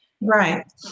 right